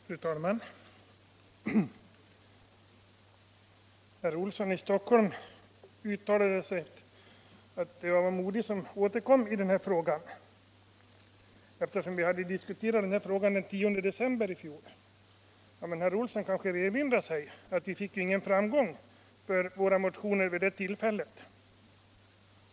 Fru talman! Herr Olsson i Stockholm uttalade att jag var modig som återkom i den här frågan, eftersom vi hade diskuterat saken den 10 december i fjol. Men herr Olsson kanske erinrar sig, att det inte blev någon framgång för våra motioner vid det tillfället.